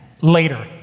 later